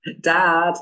dad